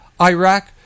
Iraq